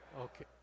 Okay